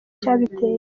icyabiteye